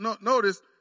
notice